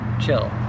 chill